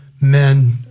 men